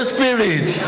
Spirit